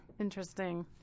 Interesting